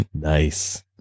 nice